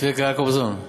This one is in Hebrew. צביקה יעקובזון.